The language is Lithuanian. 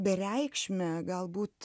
bereikšme galbūt